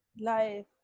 life